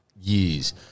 years